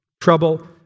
Trouble